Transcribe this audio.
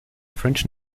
french